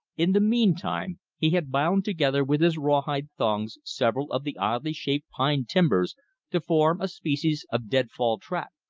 in the meantime, he had bound together with his rawhide thongs several of the oddly shaped pine timbers to form a species of dead-fall trap.